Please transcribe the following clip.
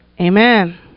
Amen